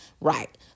right